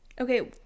okay